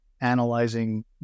analyzing